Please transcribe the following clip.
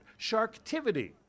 Sharktivity